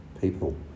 people